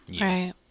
Right